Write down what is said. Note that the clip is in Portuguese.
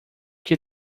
que